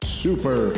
super